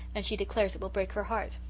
and she declares it will break her heart.